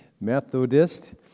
Methodist